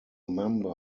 member